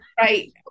Right